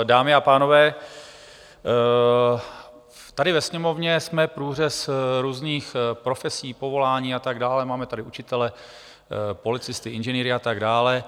Dámy a pánové, tady ve Sněmovně jsme průřez různých profesí, povolání a tak dále, máme tady učitele, policisty, inženýry a tak dále.